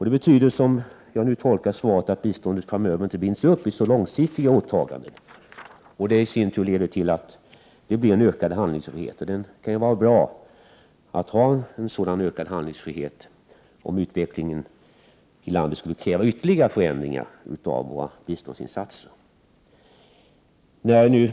Det betyder, som jag nu tolkar svaret, att biståndet framöver inte binds vid så långsiktiga åtaganden. Det leder i sin tur till att det blir en ökad handlingsfrihet, och det kan ju vara bra om utvecklingen i landet skulle kräva ytterligare förändringar av våra biståndsinsatser.